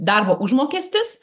darbo užmokestis